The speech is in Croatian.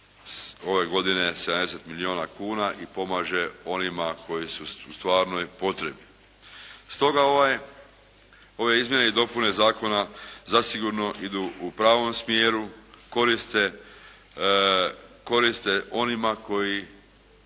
ove godine 70 milijuna kuna i pomaže onima koji su u stvarnoj potrebi. Stoga ove izmjene i dopune zakona zasigurno idu u pravom smjeru, koriste onima koji